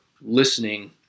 listening